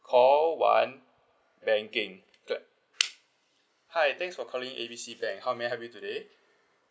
call one banking uh hi thanks for calling A B C bank how may I help you today